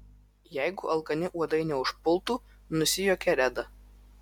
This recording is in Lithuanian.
jeigu alkani uodai neužpultų nusijuokė reda